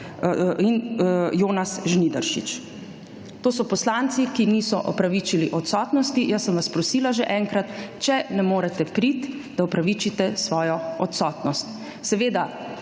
in Jonas Žnidaršič. To so poslanci, ki niso opravičili odsotnosti. Jaz sem vas prosila že enkrat, če ne morete priti, da opravičite svojo odsotnost.